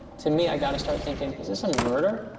to me, i gotta start thinking, is this a murder?